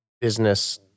business